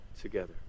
together